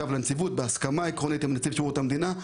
בהסכמה עקרונית עם נציב שירות המדינה,